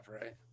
right